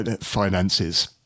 finances